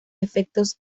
efectos